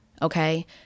Okay